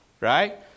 right